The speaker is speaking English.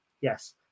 Yes